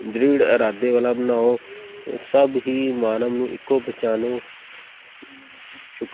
ਦ੍ਰਿੜ ਇਰਾਦੇ ਵਾਲਾ ਬਣਾਓ ਸਭ ਹੀ ਮਾਨਵ ਨੂੰ ਇੱਕ ਪਹਿਚਾਣੋਂ ਸ਼ੁਕ